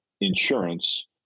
insurance